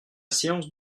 séance